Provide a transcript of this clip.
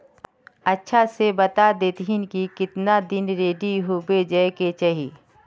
अच्छा से बता देतहिन की कीतना दिन रेडी होबे जाय के चही?